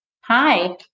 Hi